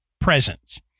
presence